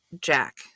Jack